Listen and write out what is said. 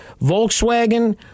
Volkswagen